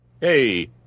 Hey